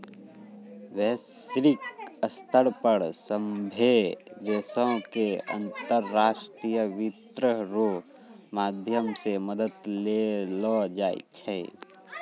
वैश्विक स्तर पर सभ्भे देशो के अन्तर्राष्ट्रीय वित्त रो माध्यम से मदद देलो जाय छै